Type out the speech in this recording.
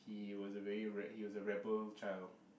he was a very re~ he was a rebel child